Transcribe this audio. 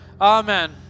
Amen